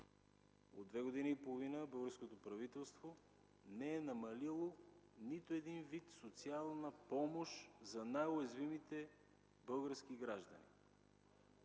от две години и половина българското правителство не е намалило нито един вид социална помощ за най-уязвимите български граждани.